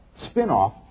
spin-off